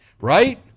Right